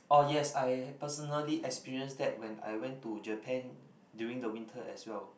oh yes I personally experienced that when I went to Japan during the winter as well